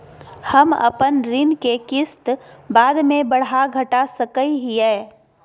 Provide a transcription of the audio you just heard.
हम अपन ऋण के किस्त बाद में बढ़ा घटा सकई हियइ?